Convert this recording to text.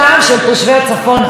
חברת הכנסת עאידה,